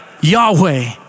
Yahweh